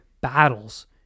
battles